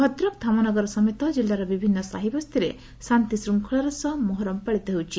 ଭଦ୍ରକ ଧାମନଗର ସମେତ ଜିଲ୍ଲାର ବିଭିନ୍ନ ସାହିବସ୍ତିରେ ଶାନ୍ତିଶୃଙ୍ଖଳାର ସହ ମହରମ ପାଳିତ ହେଉଛି